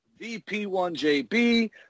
VP1JB